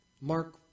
Mark